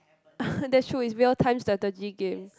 that's true it's beyond time strategy game